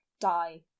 die